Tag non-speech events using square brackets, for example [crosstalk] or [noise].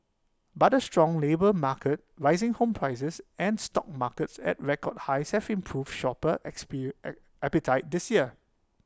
but A strong labour market rising home prices and stock markets at record highs have improved shopper [unintelligible] appetite this year